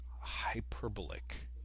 hyperbolic